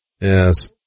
Yes